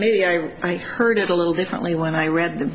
maybe i've heard it a little differently when i read the